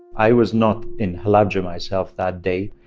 i was not in halabja myself that day,